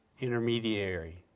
intermediary